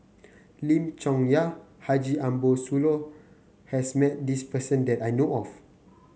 Lim Chong Yah Haji Ambo Sooloh has met this person that I know of